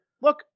look